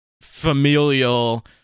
familial